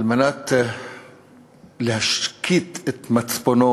על מנת להשקיט את מצפונו,